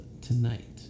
tonight